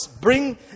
Bring